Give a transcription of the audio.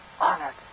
honored